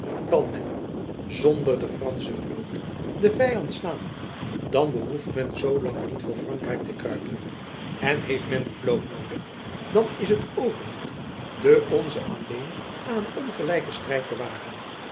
men zonder de fransche vloot den vyand staan dan behoeft men zoo laag niet voor frankrijk te kruipen en heeft men die vloot noodig dan is het overmoed de onze alleen aan een ongelijken strijd te wagen